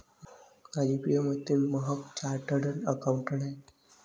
माझी प्रिय मैत्रीण महक चार्टर्ड अकाउंटंट आहे